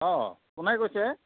অঁ কোনে কৈছে